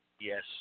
Yes